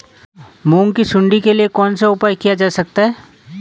मूंग की सुंडी के लिए कौन सा उपाय किया जा सकता है?